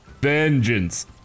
vengeance